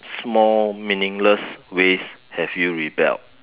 small meaningless ways have you rebelled